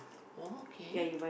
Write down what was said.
oh okay